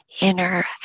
inner